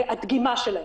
הדגימה שלהם.